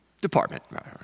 Department